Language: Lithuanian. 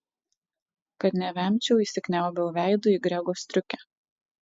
kad nevemčiau įsikniaubiau veidu į grego striukę